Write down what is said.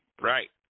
Right